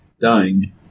dying